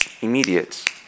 immediate